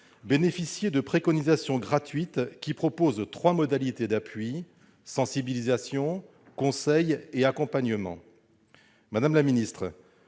bénéficier de préconisations gratuites qui reposent sur trois modalités d'appui : sensibilisation, conseil et accompagnement. Madame la ministre,